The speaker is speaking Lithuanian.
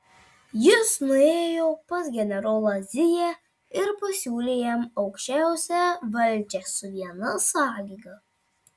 jis nuėjo pas generolą ziją ir pasiūlė jam aukščiausią valdžią su viena sąlyga